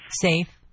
safe